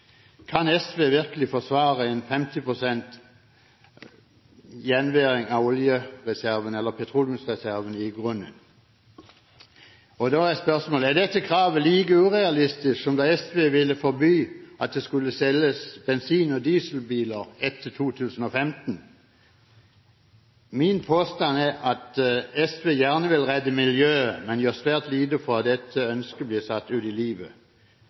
Kan SV virkelig forsvare at 50 pst. av petroleumsreservene blir liggende igjen i grunnen? Er dette kravet like urealistisk som det at SV ville forby å selge bensin- og dieselbiler etter 2015? Min påstand er at SV gjerne vil redde miljøet, men gjør svært lite for at dette ønsket blir satt ut i livet.